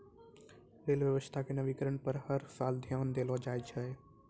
rail व्यवस्था के नवीनीकरण पर हर साल ध्यान देलो जाय छै